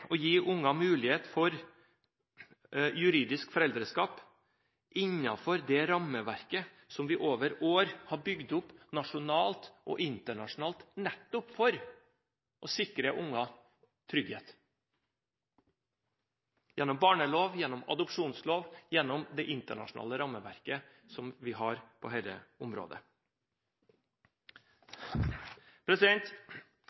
å gi unger mulighet for juridisk foreldreskap innenfor det rammeverket som vi over år har bygd opp nasjonalt og internasjonalt nettopp for å sikre unger trygghet – gjennom barnelov, gjennom adopsjonslov, gjennom det internasjonale rammeverket som vi har på